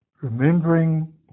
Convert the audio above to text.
remembering